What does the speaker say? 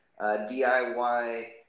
DIY